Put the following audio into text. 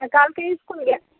আর কালকে স্কুল গিয়েছিলি